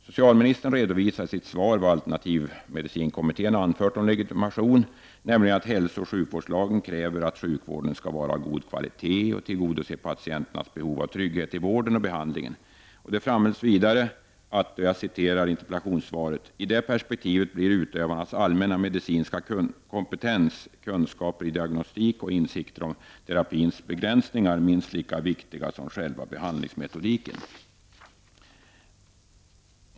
Socialministern redovisar i sitt svar vad alternativmedicinkommittén har anfört om legitimation, nämligen att hälso och sjukvårdslagen kräver att sjukvården skall vara av god kvalitet och tillgodose patienternas behov av trygghet i vården och behandlingen. Det framhölls vidare i interpellationssvaret att ''I det perspektivet blir utövarnas allmänna medicinska kompetens, kunskaper i diagnostik och insikter om terapins begränsningar minst lika viktiga som själva behandlingsmetodiken.''